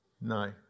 No